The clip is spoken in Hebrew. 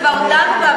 כבר הודענו,